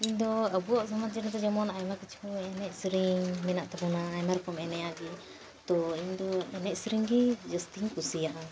ᱤᱧ ᱫᱚ ᱟᱵᱚᱣᱟᱜ ᱥᱚᱢᱟᱡᱽ ᱨᱮᱫᱚ ᱡᱮᱢᱚᱱ ᱟᱭᱢᱟ ᱠᱤᱪᱷᱩ ᱮᱱᱮᱡ ᱥᱮᱨᱮᱧ ᱢᱮᱱᱟᱜ ᱛᱟᱵᱚᱱᱟ ᱟᱭᱢᱟ ᱨᱚᱠᱚᱢ ᱮᱱᱮᱡ ᱟᱜ ᱜᱮ ᱛᱚ ᱤᱧ ᱫᱚ ᱮᱱᱮᱡ ᱥᱮᱨᱮᱧ ᱜᱮ ᱡᱟᱥᱛᱤᱧ ᱠᱩᱥᱤᱭᱟᱜᱼᱟ